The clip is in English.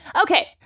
Okay